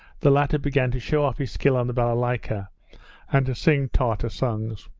the latter began to show off his skill on the balalayka and to sing tartar songs.